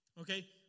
Okay